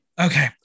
Okay